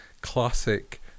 classic